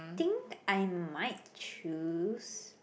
think I might choose